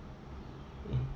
mm